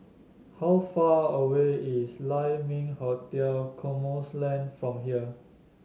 how far away is Lai Ming Hotel Cosmoland from here